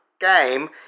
game